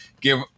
give